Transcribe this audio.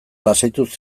lasaituz